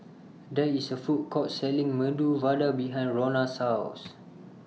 There IS A Food Court Selling Medu Vada behind Ronna's House